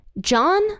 John